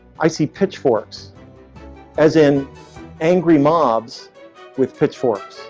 i see pitchforks as in angry mobs with pitchforks